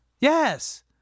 Yes